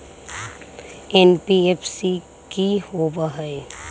NBFC कि होअ हई?